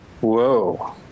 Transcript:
Whoa